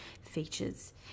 features